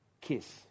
kiss